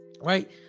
Right